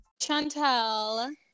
Chantel